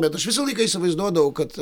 bet aš visą laiką įsivaizduodavau kad